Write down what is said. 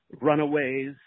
Runaways